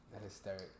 hysteric